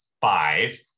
five